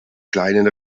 kleinen